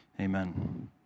amen